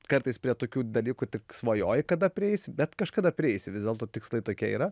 kartais prie tokių dalykų tik svajoji kada prieisi bet kažkada prieisi vis dėlto tikslai tokie yra